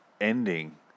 ending